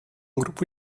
grupo